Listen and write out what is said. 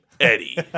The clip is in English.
Eddie